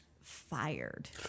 fired